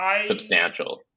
substantial